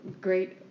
great